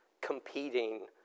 competing